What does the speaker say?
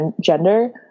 gender